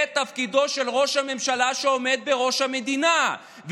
זה תפקידו של ראש הממשלה שעומד בראש המדינה,